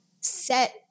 set